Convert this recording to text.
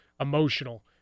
emotional